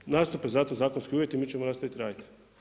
Kada nastupe za to zakonski uvjeti mi ćemo nastaviti raditi.